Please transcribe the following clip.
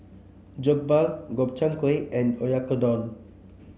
Jokbal Gobchang Gui and Oyakodon